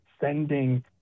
sending